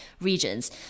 regions